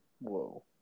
Whoa